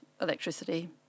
electricity